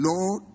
Lord